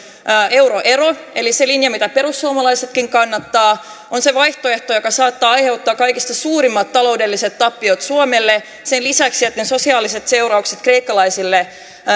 euroero eli se linja mitä perussuomalaisetkin kannattavat on se vaihtoehto joka saattaa aiheuttaa kaikista suurimmat taloudelliset tappiot suomelle sen lisäksi että ne sosiaaliset seuraukset kreikkalaisille